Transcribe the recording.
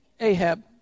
Ahab